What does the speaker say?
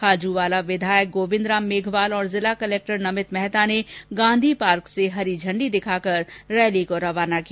खाजूवाला विधायक गोविंद राम मेघवाल और जिला कलक्टर नमित मेहता ने गांधी पार्क से हरी झंडी दिखाकर इसे रवाना किया